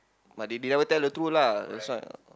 but they they never tell the truth lah